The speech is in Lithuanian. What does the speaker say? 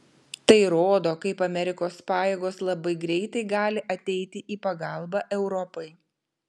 tai rodo kaip amerikos pajėgos labai greitai gali ateiti į pagalbą europai